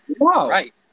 right